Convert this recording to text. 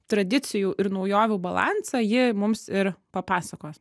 tradicijų ir naujovių balansą ji mums ir papasakos